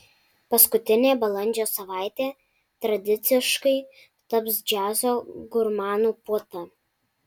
paskutinė balandžio savaitė tradiciškai taps džiazo gurmanų puota